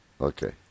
Okay